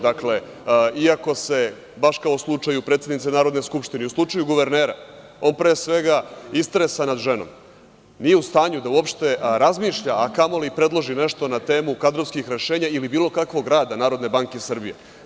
Dakle, iako se, baš kao u slučaju predsednice Narodne skupštine, i u slučaju guvernera on pre svega istresa nad ženom, nije u stanju da uopšte razmišlja, a kamoli predloži nešto na temu kadrovskih rešenja ili bilo kakvog rada Narodne banke Srbije.